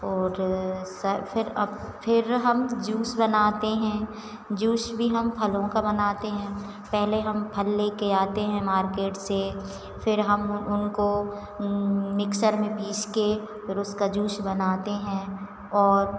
और फिर हम फिर हम जूस बनाते हैं जूस भी हम फलों का बनाते हैं पहले हम फल लेकर आते हैं मार्केट से फिर हम उनको मिक्सर में पीसकर फिर उसका जूस बनाते हैं और